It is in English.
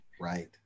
right